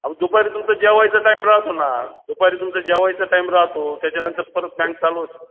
अहो दुपारी तुमचा जेवायचा टाईम राहतो ना दुपारी तुमचा जेवायचा टाईम राहतो त्याच्यानंतर परत बँक चालूच